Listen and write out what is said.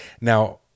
Now